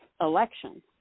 election